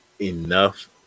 enough